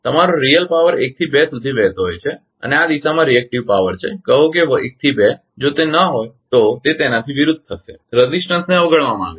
તમારો real power 1 થી 2 સુધી વહેતો હોય છે અને આ દિશામાં રિએકટીવ પાવર છે કહો કે 1 થી 2 જો તે ન હોય તો તે તેનાથી વિરુદ્ધ થશે રેઝિસ્ટંસ ને અવગણવામાં આવે છે